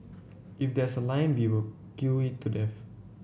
if there's a line we will queue it to death